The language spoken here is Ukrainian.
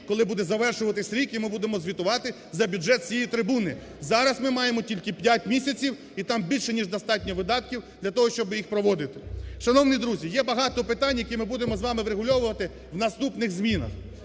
коли буде завершуватися рік і ми будемо звітувати за бюджет з цієї трибуни, зараз ми маємо тільки 5 місяців і там більше ніж достатньо видатків для того, щоб їх проводити. Шановні друзі, є багато питань, які ми будемо з вами врегульовувати в наступних змінах.